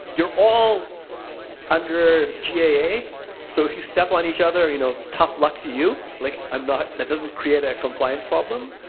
you're all under gaa, so if you step on each other, you know tough luck to you. like i'm not that doesn't create a compliance problem,